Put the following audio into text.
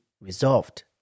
resolved